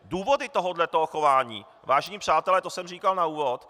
Důvody tohoto chování, vážení přátelé, to jsem říkal na úvod.